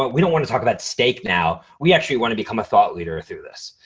but we don't wanna talk about steak now. we actually wanna become a thought leader through this.